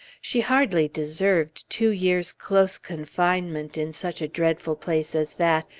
she hardly deserved two years' close confinement in such a dreadful place as that,